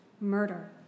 murder